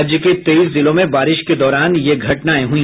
राज्य के तेईस जिलों में बारिश के दौरान ये घटनाएं हुई